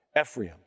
Ephraim